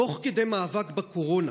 תוך כדי מאבק בקורונה